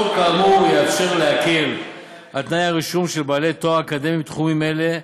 פטור כאמור יאפשר להקל את תנאי הרישום של בעלי תואר אקדמי בתחומים אלה,